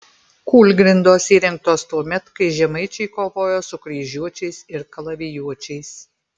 kūlgrindos įrengtos tuomet kai žemaičiai kovojo su kryžiuočiais ir kalavijuočiais